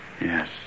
Yes